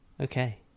Okay